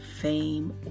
fame